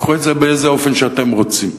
קחו את זה באיזה אופן שאתם רוצים.